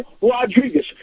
Rodriguez